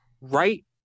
right